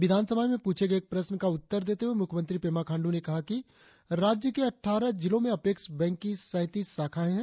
विधानसभा में पूछे गए एक प्रश्न का उत्तर देते हुए मुख्यमंत्री पेमा खांडू ने कहा कि राज्य के अटठारह जिलों में अपेक्स बैंक की सैंतीस शाखाएं हैं